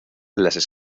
las